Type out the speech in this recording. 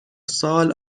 سال